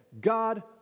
God